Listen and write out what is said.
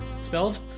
spelled